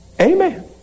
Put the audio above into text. Amen